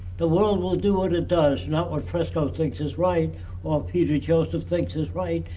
the world will do what it does, not what fresco thinks is right or peter joseph thinks is right.